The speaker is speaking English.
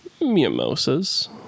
mimosas